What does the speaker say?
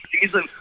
season